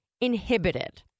inhibited